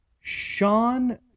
Sean